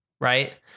right